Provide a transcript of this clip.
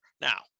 Now